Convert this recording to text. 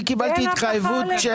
אני קיבלתי התחייבות על